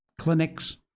clinics